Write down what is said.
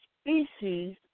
species